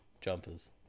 Jumpers